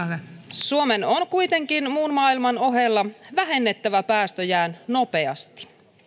suomen on kuitenkin muun maailman ohella vähennettävä päästöjään nopeasti